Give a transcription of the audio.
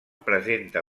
presenta